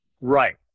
Right